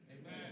Amen